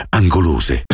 angolose